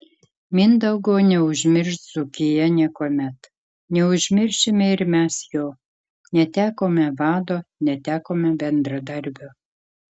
mindaugo neužmirš dzūkija niekuomet neužmiršime ir mes jo netekome vado netekome bendradarbio